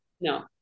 No